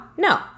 No